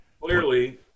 Clearly